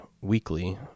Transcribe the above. Weekly